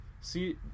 see